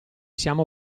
siamo